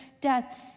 death